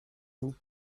vous